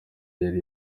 yari